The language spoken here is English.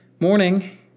Morning